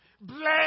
Bless